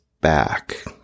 back